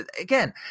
again